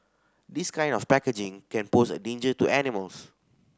this kind of packaging can pose a danger to animals